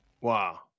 Wow